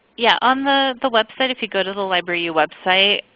yeah on the the website, if you go to the libraryyou website,